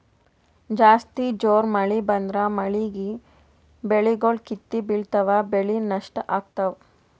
ಜಾಸ್ತಿ ಜೋರ್ ಮಳಿ ಬಂದ್ರ ಮಳೀಗಿ ಬೆಳಿಗೊಳ್ ಕಿತ್ತಿ ಬಿಳ್ತಾವ್ ಬೆಳಿ ನಷ್ಟ್ ಆಗ್ತಾವ್